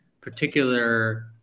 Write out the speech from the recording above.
particular